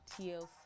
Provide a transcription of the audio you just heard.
TLC